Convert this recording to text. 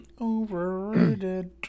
overrated